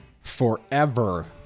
forever